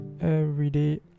everyday